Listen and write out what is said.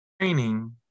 training